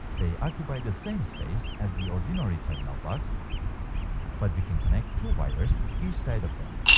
they occupy the same space as the ordinary terminal blocks but we can connect two wires to each side of them